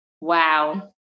wow